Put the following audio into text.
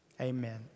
Amen